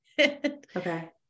Okay